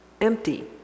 empty